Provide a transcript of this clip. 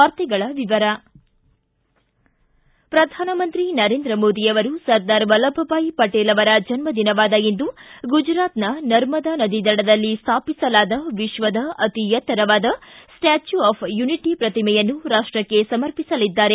ವಾರ್ತೆಗಳ ವಿವರ ಪ್ರಧಾನಮಂತ್ರಿ ನರೇಂದ್ರ ಮೋದಿ ಅವರು ಸರ್ದಾರ ವಲ್ಲಭಬಾಯ್ ಪಟೇಲ್ ಅವರ ಜನ್ನದಿನವಾದ ಇಂದು ಗುಜರಾತ್ನ ನರ್ಮದಾ ನದಿ ದಡದಲ್ಲಿ ಸ್ವಾಪಿಸಲಾದ ವಿಶ್ವದ ಅತಿ ಎತ್ತರವಾದ ಸ್ವಾಚ್ಯೂ ಆಫ್ ಯುನಿಟಿ ಪ್ರತಿಮೆಯನ್ನು ರಾಷ್ಟಕ್ಕೆ ಸಮರ್ಪಿಸಲಿದ್ದಾರೆ